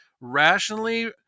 rationally